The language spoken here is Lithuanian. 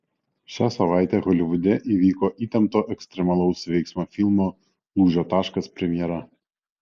šią savaitę holivude įvyko įtempto ekstremalaus veiksmo filmo lūžio taškas premjera